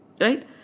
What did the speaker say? right